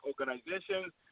organizations